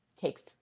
takes